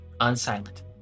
unsilent